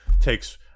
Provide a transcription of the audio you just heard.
takes